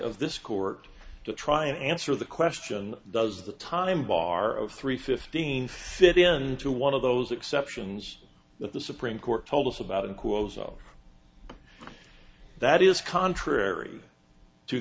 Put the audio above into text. of this court to try and answer the question does the time bar of three fifteen fit into one of those exceptions that the supreme court told us about in cuozzo that is contrary to